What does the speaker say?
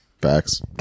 Facts